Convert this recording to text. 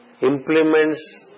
implements